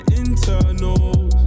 internals